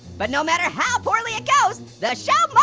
but no matter how poorly it goes, the show